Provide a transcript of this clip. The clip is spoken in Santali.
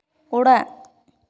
ᱚᱲᱟᱜ